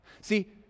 See